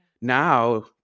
now